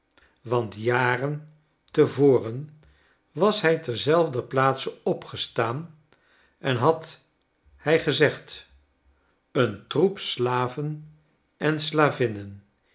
want jaren te voren was hij terzelfder plaatse opgestaan en had hij gezegd een troep slaven en